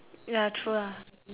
ya true lah